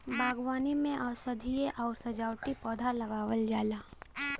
बागवानी में औषधीय आउर सजावटी पौधा लगावल जाला